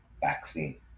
vaccine